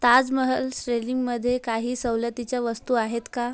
ताजमहल श्रेलींमध्ये काही सवलतीच्या वस्तू आहेत का